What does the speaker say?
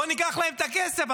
בוא ניקח להן את הכסף.